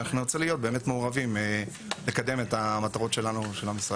ואנחנו נרצה להיות באמת מעורבים לקדם את המטרות שלנו של המשרד.